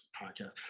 podcast